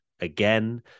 again